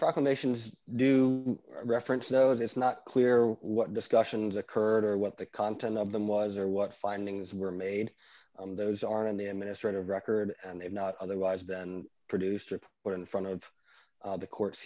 proclamations do reference though it's not clear what discussions occurred or what the content of them was or what findings were made and those are in the administrate of record and they've not otherwise been produced trip or in front of the courts